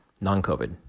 Non-COVID